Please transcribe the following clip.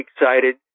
excited